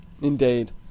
indeed